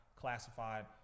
classified